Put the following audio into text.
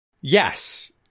Yes